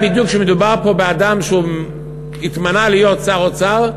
בדיוק שמדובר פה באדם שהתמנה להיות שר אוצר,